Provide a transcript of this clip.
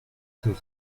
sus